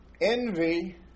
Envy